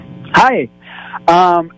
Hi